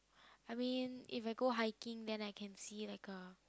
I mean if I go hiking then I can see like a